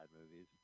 movies